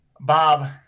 Bob